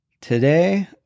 Today